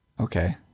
Okay